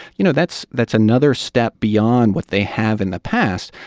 you know, that's that's another step beyond what they have in the past.